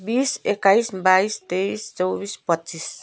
बिस एक्काइस बाइस तेइस चौबिस पच्चिस